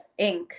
Inc